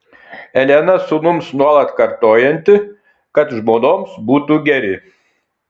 elena sūnums nuolat kartojanti kad žmonoms būtų geri